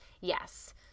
Yes